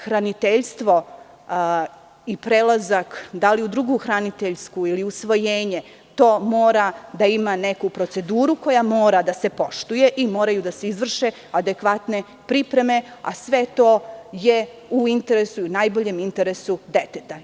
Hraniteljstvo i prelazak, da li u drugu hraniteljsku ili u usvojenje, to mora da ima neku proceduru koja mora da se poštuje i moraju da se izvrše adekvatne pripreme, a sve to je u interesu deteta.